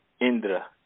Indra